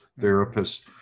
therapists